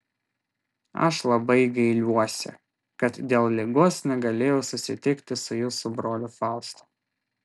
aš labai gailiuosi kad dėl ligos negalėjau susitikti su jūsų broliu faustu